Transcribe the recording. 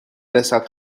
رسد